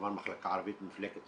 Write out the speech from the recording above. כמובן מחלקה ערבית מפלגת